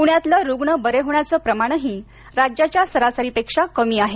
पुण्यातलं रुग्ण बरे होण्याचं प्रमाणही राज्याच्या सरासरीपेक्षा कमी आहे